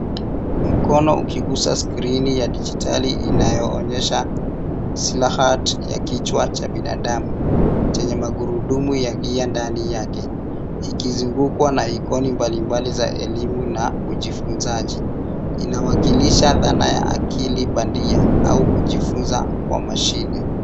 Mkono ukiguza skrini ya dijitali inayoonyesha Silhouette ya kichwa cha binadamu chenye magurudumu ya gia ndani yake ikizungukwa na ikoni mbalimbali za elimu na ujifunzaji. Inawakilisha dhana ya akili bandia au kujifunza kwa mashine.